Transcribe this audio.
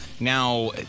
Now